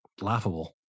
laughable